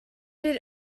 did